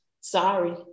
sorry